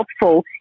helpful